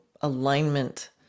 alignment